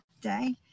Day